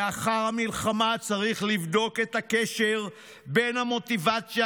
לאחר המלחמה צריך לבדוק את הקשר בין המוטיבציה